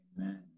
Amen